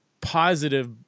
positive